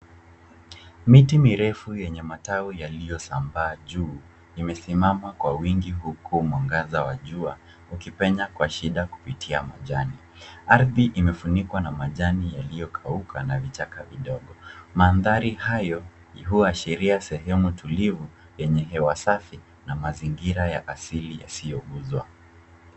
Miti mirefu yenye matawi yaliyosambaa juu imesimama kwa wingi huku mwangaza wa jua ukipenya kwa shida kupitia majani. Ardhi imefunikwa na majani yaliyokauka na vichaka vidogo. Mandhari hayo huashiria sehemu tulivu yenye hewa safi na mazingira ya asili yasiyouzwa.